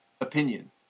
opinion